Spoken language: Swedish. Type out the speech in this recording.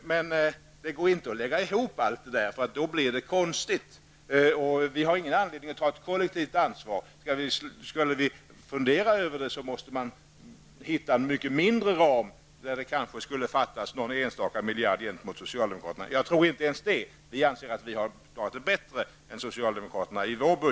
Det går inte att lägga ihop de borgerliga finansieringsförslagen; då blir det konstigt. Vi har ingen anledning att ta ett kollektivt ansvar. Om vi skulle fundera på att göra det måste vi hitta en mindre ram där det kanske fattas någon enstaka miljard jämfört med socialdemokraternas förslag. Men jag tror inte ens att det gör det. Själv anser jag att vi har klarat det hela bättre i vår budget än socialdemokraterna i sin.